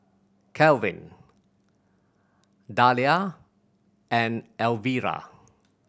Kelvin Dahlia and Elvira